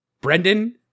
Brendan